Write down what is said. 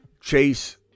Chase